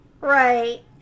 Right